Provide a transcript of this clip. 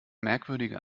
merkwürdiger